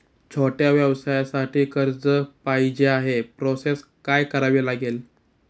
छोट्या व्यवसायासाठी कर्ज पाहिजे आहे प्रोसेस काय करावी लागेल?